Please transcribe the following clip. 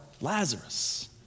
Lazarus